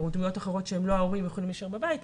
ודמויות אחרות שהם לא ההורים יכולים להישאר בבית,